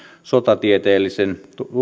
sotatieteellisen